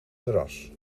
terras